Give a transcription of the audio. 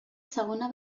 segona